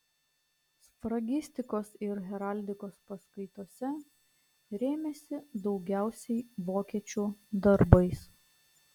sfragistikos ir heraldikos paskaitose rėmėsi daugiausiai vokiečių darbais